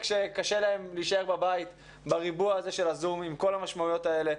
על כך שקשה להם להישאר בבית בריבוע הזה של ה-זום עם כל המשמעויות האלה.